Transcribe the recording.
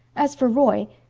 as for roy,